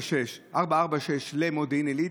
בכניסה למודיעין עילית.